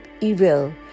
evil